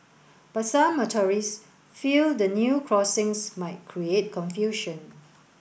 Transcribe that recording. but some motorists feel the new crossings might create confusion